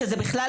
שזה בכלל